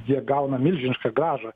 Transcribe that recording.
jie gauna milžinišką grąžą